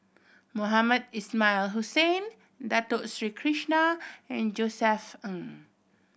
Mohamed Ismail Hussain Dato Sri Krishna and Josef Ng